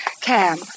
Cam